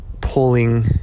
pulling